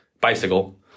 bicycle